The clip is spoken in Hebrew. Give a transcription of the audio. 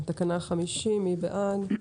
תקנה 50, מי בעד?